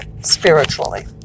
spiritually